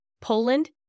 Poland